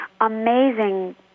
amazing